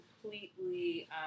completely